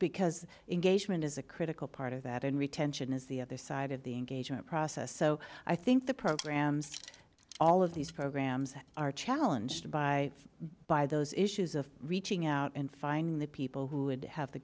because engagement is a critical part of that and retention is the other side of the engagement process so i think the programs all of these programs are challenged by by those issues of reaching out and finding the people who would have the